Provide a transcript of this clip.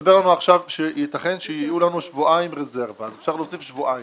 מסתבר לנו עכשיו שיתכן שיהיו לנו שבועיים רזרבה אז אפשר להוסיף שבועיים.